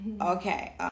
Okay